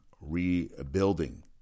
rebuilding